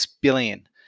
billion